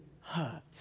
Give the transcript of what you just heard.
hurt